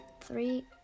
three